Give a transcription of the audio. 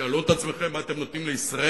תשאלו את עצמכם מה אתם נותנים לישראל,